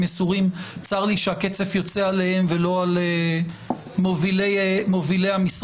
מסורים צר לי שהקצף יוצא עליהם ולא על מובילי המשרד.